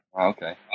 Okay